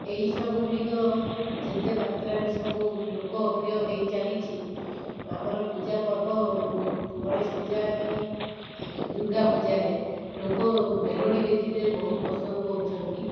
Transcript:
ଏଇ ସବୁଗୁଡ଼ିକ ଯେତେ ମାତ୍ରାରେ ସବୁ ଲୋକପ୍ରିୟ ହୋଇଚାଲିଛି ଆମର ପୂଜାପର୍ବ ଗଣେଶପୂଜା କି ଦୁର୍ଗାପୂଜାରେ ଲୋକ ମେଲୋଡ଼ି ଦେଖିତେ ବହୁତ ପସନ୍ଦ କରୁଛନ୍ତି